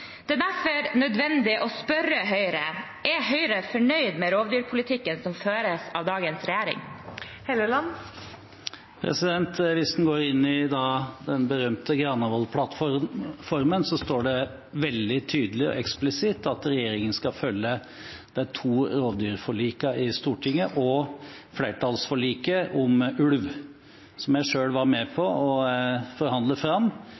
Det er derfor nødvendig å spørre Høyre: Er Høyre fornøyd med rovdyrpolitikken som føres av dagens regjering? Hvis en går inn i den berømte Granavolden-plattformen, står det veldig tydelig og eksplisitt at regjeringen skal følge de to rovdyrforlikene i Stortinget og flertallsforliket om ulv, som jeg selv var med på å forhandle fram